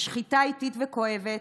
שחיטה איטית וכואבת,